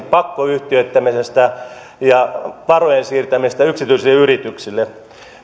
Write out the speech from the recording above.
pakkoyhtiöittämisestä ja varojen siirtämisestä yksityisille yrityksille